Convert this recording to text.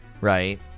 Right